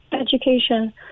education